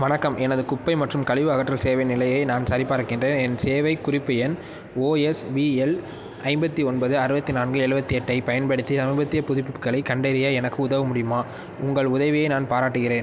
வணக்கம் எனது குப்பை மற்றும் கழிவு அகற்றல் சேவையின் நிலையை நான் சரிபார்க்கின்றேன் என் சேவை குறிப்பு எண் ஓஎஸ்விஎல் ஐம்பத்தி ஒன்பது அறுபத்தி நான்கு எழுவத்தி எட்டைப் பயன்படுத்தி சமீபத்திய புதுப்பிப்புகளைக் கண்டறிய எனக்கு உதவ முடியுமா உங்கள் உதவியை நான் பாராட்டுகின்றேன்